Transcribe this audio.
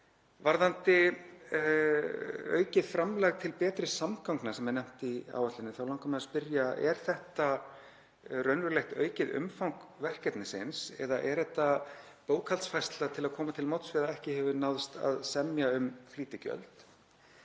Varðandi aukið framlag til betri samgangna, sem er nefnt í áætluninni, langar mig að spyrja: Er þetta raunverulegt aukið umfang verkefnisins eða er þetta bókhaldsfærsla til að koma til móts við að ekki hefur náðst að semja um flýtigjöld?